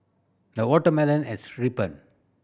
the watermelon has ripened